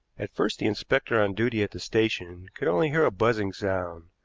at first the inspector on duty at the station could only hear a buzzing sound,